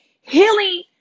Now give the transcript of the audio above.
healing